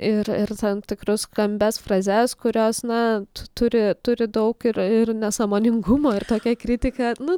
ir ir tam tikrus skambias frazes kurios na turi turi daug ir ir nesąmoningumo ir tokia kritika nu